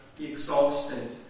exhausted